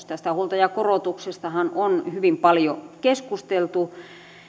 tästä huoltajakorotuksestahan on hyvin paljon keskusteltu